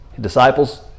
disciples